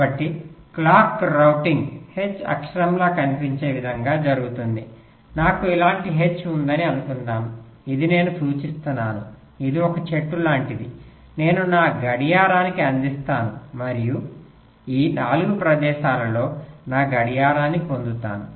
కాబట్టి clock routing H అక్షరంలా కనిపించే విధంగా జరుగుతుంది నాకు ఇలాంటి H ఉందని అనుకుందాం ఇదే నేను సూచిస్తున్నాను ఇది ఒక చెట్టు లాంటిది నేను నా గడియారానికి అందిస్తాను మరియు ఈ 4 ప్రదేశాలలో నా గడియారాన్ని పొందుతాను